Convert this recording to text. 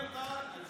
האם